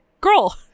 girl